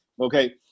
Okay